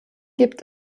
gibt